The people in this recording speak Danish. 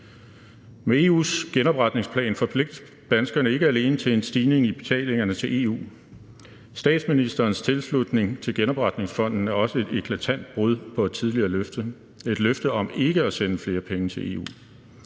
Med EU's genopretningsplan forpligtes danskerne ikke alene til en stigning i betalingerne til EU, statsministerens tilslutning til genopretningsfonden er også et eklatant brud på et tidligere løfte om ikke at sende flere penge til EU.